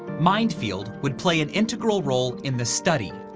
mind field would play an integral role in the study,